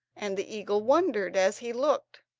and the eagle wondered, as he looked,